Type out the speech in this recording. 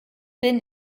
bin